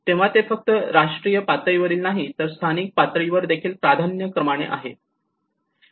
तेव्हा ते फक्त राष्ट्रीय पातळीवरील नाही तर स्थानिक पातळीवर देखील प्राधान्यक्रमाने आहे